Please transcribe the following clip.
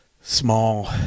small